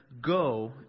Go